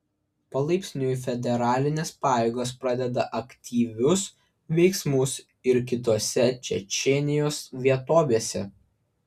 palaipsniui federalinės pajėgos pradeda aktyvius veiksmus ir kitose čečėnijos vietovėse